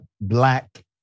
black